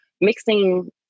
mixing